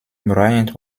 bryant